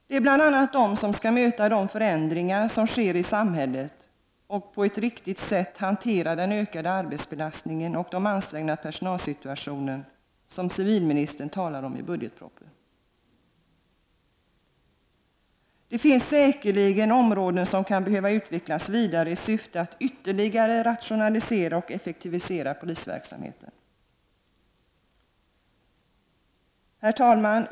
Det är bl.a. de som skall möta de förändringar som sker i samhället och på ett riktigt sätt hantera den ökade arbetsbelastning och den ansträngda personalsituation som civilministern skrev om i budgetpropositionen. Säkerligen finns det områden som kan behöva utvecklas vidare i syfte att möjliggöra ytterligare rationaliseringar och effektiviseringar av polisverksamheten. Herr talman!